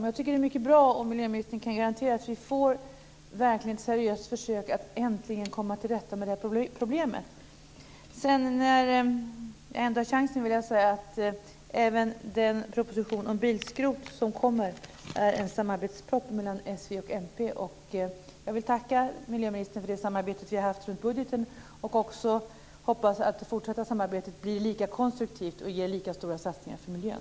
Jag tycker att det är mycket bra om miljöministern kan garantera att vi verkligen får ett seriöst försök att äntligen komma till rätta med det här problemet. Sedan vill jag säga, när jag ändå har chansen, att även den kommande propositionen om bilskrot är en samarbetsproposition mellan s, v och mp. Jag vill tacka miljöministern för det samarbete vi haft runt budgeten och hoppas att det fortsatta samarbetet blir lika konstruktivt och ger lika stora satsningar för miljön.